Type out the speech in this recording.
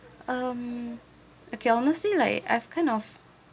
um okay honestly like I've kind of